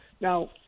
Now